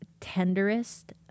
tenderest